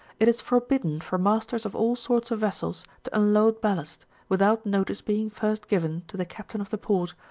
it is forbidden for masters of all sorts of vessels to unload ballast, without notice being first given to the captain of the port,